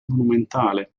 monumentale